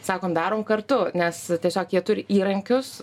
sakom darom kartu nes tiesiog jie turi įrankius